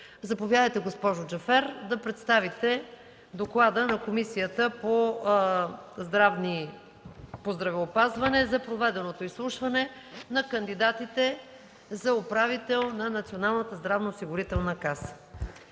Заповядайте, госпожо Джафер, да представите Доклада на Комисията по здравеопазване за проведеното изслушване на кандидатите за управител на Националната здравноосигурителна каса.